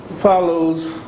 follows